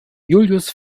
julius